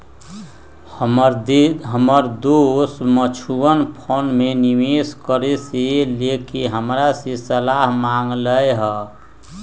हमर दोस mutual fund में निवेश करे से लेके हमरा से सलाह मांगलय ह